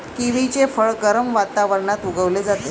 किवीचे फळ गरम वातावरणात उगवले जाते